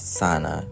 sana